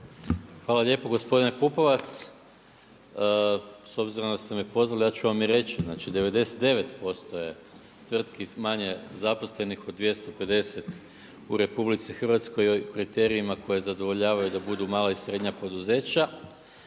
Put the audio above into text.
Hvala lijepo gospodine Pupovac. S obzirom da ste me pozvali ja ću vam i reći. Znači 99% je tvrtki s manje zaposlenih, 250 u RH u kriterijima koje zadovoljavaju da budu mala i srednja poduzeća.